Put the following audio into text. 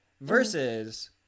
versus